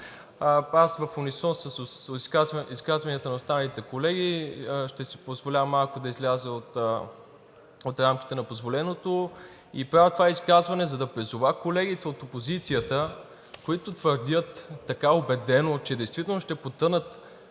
аз в унисон с изказванията на останалите колеги ще си позволя малко да изляза от рамките на позволеното. Правя това изказване, за да призова колегите от опозицията, които твърдят така убедено, че действително ще потънат